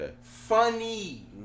Funny